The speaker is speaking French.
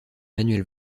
manuel